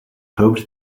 hoped